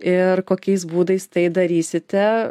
ir kokiais būdais tai darysite